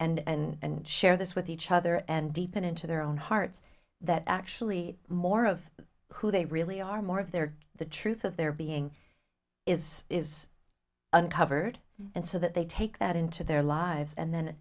group and share this with each other and deep into their own hearts that actually more of who they really are more of their the truth of their being is is uncovered and so that they take that into their lives and then